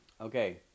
Okay